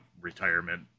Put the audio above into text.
retirement